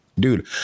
Dude